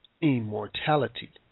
immortality